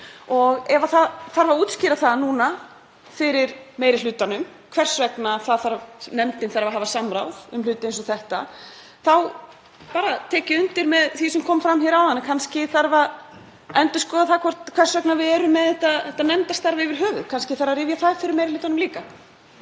Ef nú þarf að útskýra það fyrir meiri hlutanum hvers vegna nefndin þarf að hafa samráð um hluti eins og þetta þá tek ég undir með það sem kom fram hér áðan, að kannski þurfi að endurskoða hvers vegna við erum með nefndastarf yfir höfuð. Kannski þarf líka að rifja það upp fyrir meiri hlutanum.